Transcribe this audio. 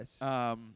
Yes